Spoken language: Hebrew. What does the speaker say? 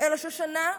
אל השושנה?